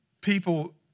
people